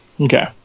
Okay